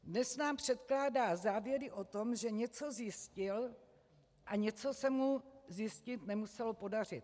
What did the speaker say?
Dnes nám předkládá závěry o tom, že něco zjistil a něco se mu zjistit nemuselo podařit.